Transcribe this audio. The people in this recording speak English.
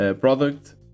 product